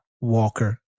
Walker